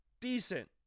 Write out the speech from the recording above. decent